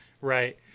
right